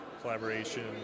collaboration